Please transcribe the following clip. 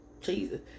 Jesus